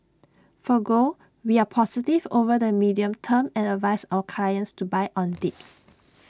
for gold we are positive over the medium term and advise our clients to buy on dips